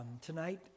tonight